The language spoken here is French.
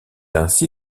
ainsi